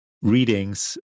readings